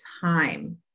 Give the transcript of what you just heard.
time